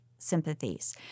Sympathies